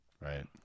Right